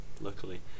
luckily